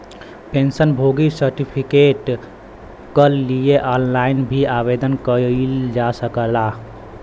pension भोगी certificate कल लिए ऑनलाइन भी आवेदन कइल जा सकल जाला